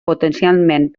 potencialment